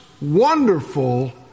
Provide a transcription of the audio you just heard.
wonderful